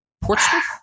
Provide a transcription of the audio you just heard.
Portsmouth